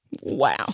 Wow